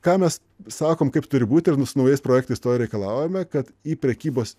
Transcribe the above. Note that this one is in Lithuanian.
ką mes sakom kaip turi būti ir nu su naujais projektais to ir reikalaujame kad į prekybos